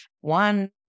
one